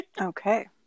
Okay